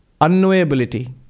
unknowability